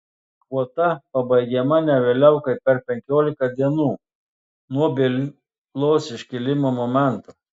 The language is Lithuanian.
kvota pabaigiama ne vėliau kaip per penkiolika dienų nuo bylos iškėlimo momento